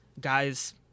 Guys